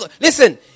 listen